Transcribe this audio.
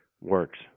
works